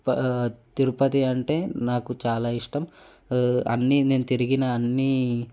తిరుపతి అంటే నాకు చాలా ఇష్టం అన్నీ నేను తిరిగిన అన్నీ